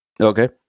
okay